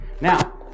Now